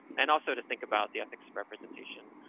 and also to think about the ethics of representation.